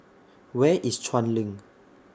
Where IS Chuan LINK